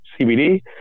CBD